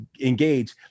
engage